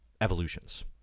evolutions